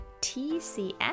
TCS